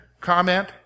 comment